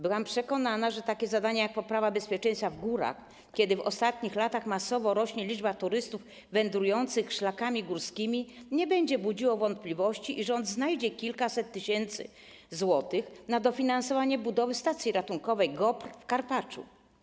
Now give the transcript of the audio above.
Byłam przekonana, że takie zadania jak poprawa bezpieczeństwa w górach, kiedy w ostatnich latach masowo rośnie liczba turystów wędrujących szlakami górskimi, nie będą budziły wątpliwości i rząd znajdzie kilkaset tysięcy złotych na dofinansowanie budowy stacji ratunkowej GOPR w Karpaczu.